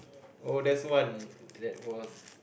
oh there's one that was